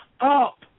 up